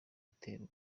guterwa